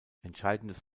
entscheidendes